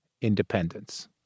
independence